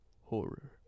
Horror